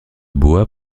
bois